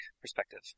perspective